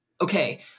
Okay